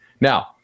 Now